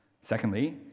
Secondly